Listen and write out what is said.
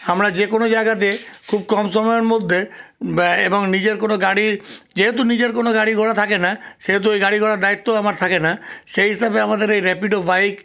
আমরা যে কোনো জায়গাতে খুব কম সময়ের মধ্যে এবং নিজের কোনো গাড়ি যেহেতু নিজের কোনো গাড়ি ঘোড়া থাকে না সেহেতু ওই গাড়ি ঘোড়ার দায়িত্বও আমার থাকে না সেই হিসাবে আমাদের এই র্যাপিডো বাইক